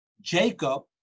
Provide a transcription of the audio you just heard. jacob